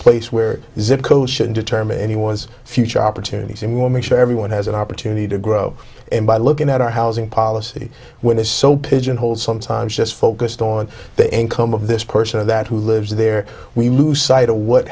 place where the zip code shouldn't determine any was future opportunities and we will make sure everyone has an opportunity to grow and by looking at our housing policy when there's so pigeonholed sometimes just focused on the income of this person or that who lives there we lose sight of what